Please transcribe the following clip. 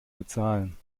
bezahlen